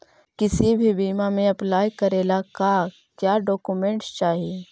किसी भी बीमा में अप्लाई करे ला का क्या डॉक्यूमेंट चाही?